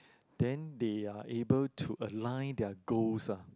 then they are able to align their goals ah